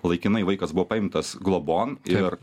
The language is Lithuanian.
laikinai vaikas buvo paimtas globon ir